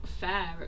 fair